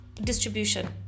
distribution